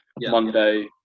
Monday